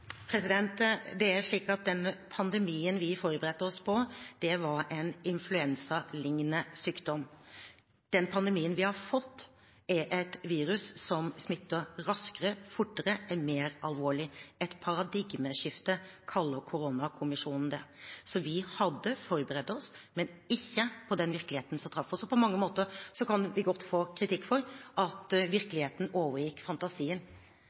Det er slik at den pandemien vi forberedte oss på, var en influensaliknende sykdom. Den pandemien vi har fått, er et virus som smitter raskere og er mer alvorlig – et paradigmeskifte kaller koronakommisjonen det. Vi hadde forberedt oss, men ikke på den virkeligheten som traff oss. Og på mange måter kan vi godt få kritikk for at virkeligheten overgikk fantasien.